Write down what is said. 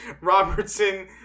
Robertson